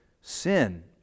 sin